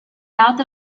south